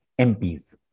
MPs